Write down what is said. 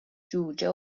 جوجه